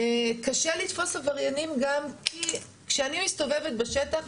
קשה לתפוס עבריינים גם כי כשאני מסתובבת בשטח,